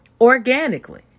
Organically